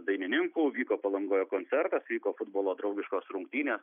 dainininkų vyko palangoje koncertas vyko futbolo draugiškos rungtynės